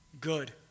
good